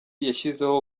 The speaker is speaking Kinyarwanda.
yashyizeho